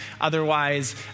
Otherwise